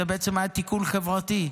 זה בעצם היה תיקון חברתי,